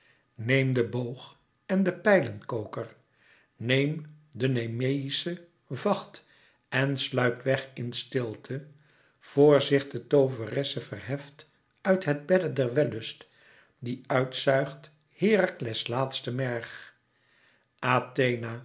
neem den boog en den pijlenkoker neem den nemeïschen vacht en sluip weg in stilte voor zich de tooveresse verheft uit het bedde der wellust die uit zuigt herakles laatste merg